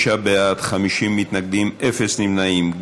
35 בעד, 50 מתנגדים, אין נמנעים.